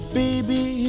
baby